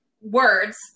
words